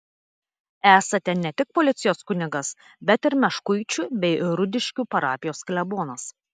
esate ne tik policijos kunigas bet ir meškuičių bei rudiškių parapijos klebonas